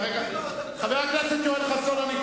אתה רוצה שאני אפסיק את ראש הממשלה ואתן לך?